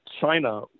China